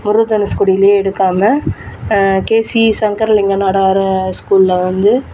முருதனுஸ்குடியிலே எடுக்காமல் கேசீஸ் சங்கரலிங்கம் நாடார் ஸ்கூலில் வந்து